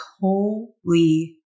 holy